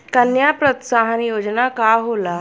कन्या प्रोत्साहन योजना का होला?